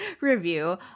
review